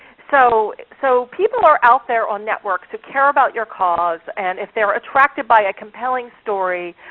so so people are out there on networks who care about your cause, and if they're attracted by a compelling story,